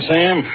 Sam